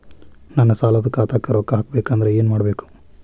ನನ್ನ ಸಾಲದ ಖಾತಾಕ್ ರೊಕ್ಕ ಹಾಕ್ಬೇಕಂದ್ರೆ ಏನ್ ಮಾಡಬೇಕು?